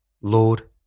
Lord